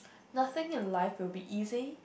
nothing in life will be easy